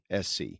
SC